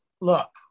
look